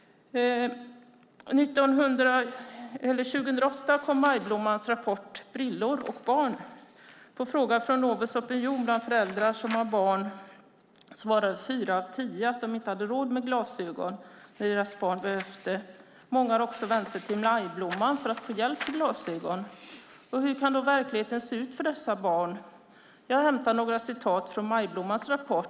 År 2008 kom Majblommans rapport Briller och barn . På en fråga från Novus Opinion till föräldrar som har barn svarade fyra av tio att de inte haft råd med glasögon när deras barn behövt det. Många har också vänt sig till Majblomman för att få hjälp när det gäller glasögon. Hur kan då verkligheten se ut för dessa barn? Jag har hämtat ett par citat från Majblommans rapport.